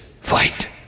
fight